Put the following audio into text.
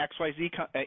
XYZ